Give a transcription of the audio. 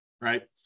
Right